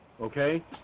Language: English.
okay